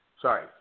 Sorry